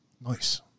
Nice